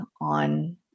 on